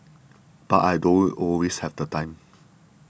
but I don't always have the time